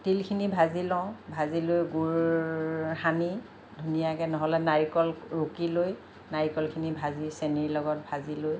তিলখিনি ভাজি লওঁ ভাজি লৈ গুৰ সানি ধুনীয়াকে নহ'লে নাৰিকল ৰুকি লৈ নাৰিকল খিনি ভাজি চেনিৰ লগত ভাজি লৈ